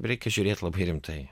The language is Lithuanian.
reikia žiūrėt labai rimtai